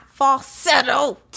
falsetto